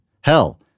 Hell